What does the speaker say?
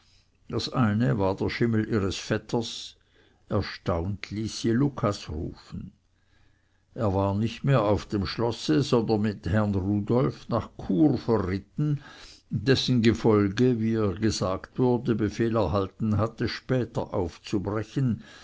das eine war der schimmel ihres vetters erstaunt ließ sie lucas rufen er war nicht mehr auf dem schlosse sondern mit herrn rudolf nach chur verritten dessen gefolge wie ihr gesagt wurde befehl erhalten hatte später aufzubrechen